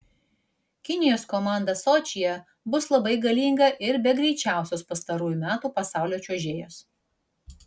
kinijos komanda sočyje bus labai galinga ir be greičiausios pastarųjų metų pasaulio čiuožėjos